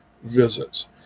visits